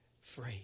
free